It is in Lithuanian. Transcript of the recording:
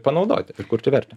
panaudoti ir kurti vertę